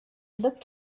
looked